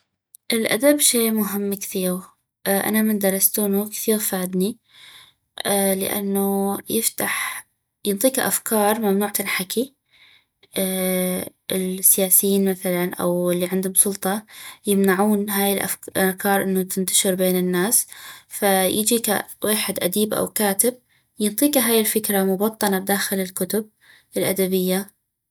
الادب شي مهم كثيغ انا من درستونو كثيغ فادني لانو يفتح ينطيكا افكار ممنوع تنحكي السياسيين مثلا او الي عندم سلطة يمنعون هاي الافكار انو تنتشر بين الناس فيجيكا ويحد اديب او كاتب ينطيكا هاي الفكرة مبطنة بداخل الكتب الادبية